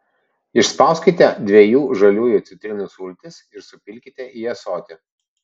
išspauskite dviejų žaliųjų citrinų sultis ir supilkite į ąsotį